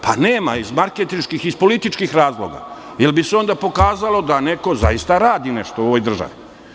Pa, nema iz marketinških i političkih razloga, jer bi se onda pokazalo da neko zaista radi nešto u ovoj državi.